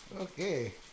Okay